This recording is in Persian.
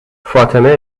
فاطمه